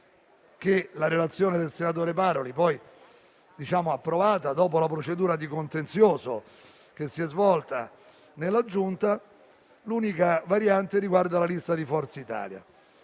la relazione del senatore Paroli, approvata dopo la procedura di contenzioso che si è svolta nella Giunta, riguarda la lista di Forza Italia.